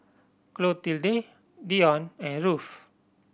clotilde Dion and Ruthe